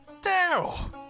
Daryl